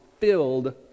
filled